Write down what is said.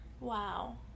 Wow